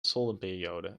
soldenperiode